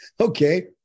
okay